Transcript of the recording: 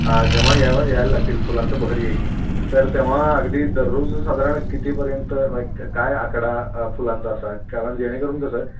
आ जेव्हा या यायला लागतील फुलांचं भरी येईल तर तेव्हा अगदी दररोज साधारण कितीपर्यंत काय आखडा फुलांचा असा कारण जेणेकरून कसं